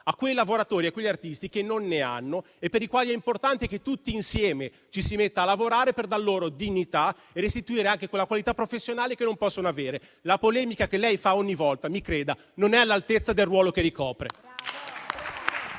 a quei lavoratori e a quegli artisti che non ne hanno e per i quali è importante che tutti insieme ci si metta a lavorare, per dar loro dignità e restituire anche quella qualità professionale che non possono avere. La polemica che lei fa ogni volta, mi creda, non è all'altezza del ruolo che ricopre.